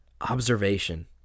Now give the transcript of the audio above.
observation